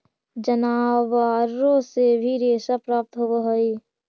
जनावारो से भी रेशा प्राप्त होवऽ हई